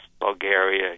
Bulgaria